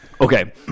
Okay